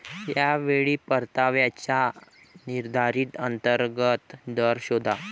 या वेळी परताव्याचा सुधारित अंतर्गत दर शोधा